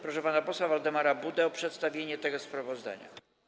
Proszę pana posła Waldemara Budę o przedstawienie tego sprawozdania.